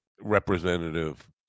representative